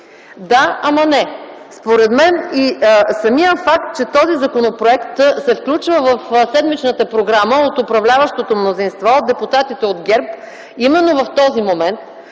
Да, ама не! Според мен и самият факт, че този законопроект се включва в седмичната програма от управляващото мнозинство – депутатите от ГЕРБ, именно в този момент,